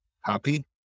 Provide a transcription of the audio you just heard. happy